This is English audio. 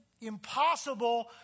impossible